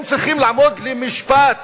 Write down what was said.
הם צריכים לעמוד למשפט